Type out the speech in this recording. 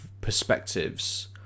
perspectives